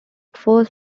first